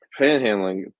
panhandling